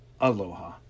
aloha